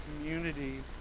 community